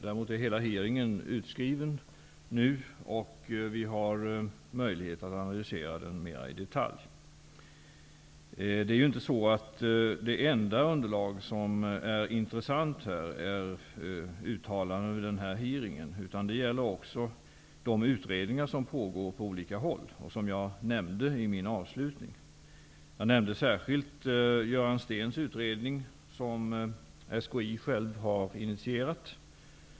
Däremot är hela utfrågningen utskriven nu, vilket ger möjlighet att mer i detalj analysera den. Det är inte på det sättet att det enda intressanta underlaget i det här sammanhanget är uttalanden från utfrågningen. Det pågår också utredningar på olika håll, vilket jag nämnde i min avslutning. Särskilt nämnde jag Göran Steens utredning, som SKI själv har initierat.